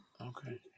Okay